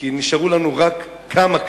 כי נשארו לנו רק כמה כאלה,